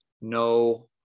No